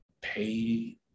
pay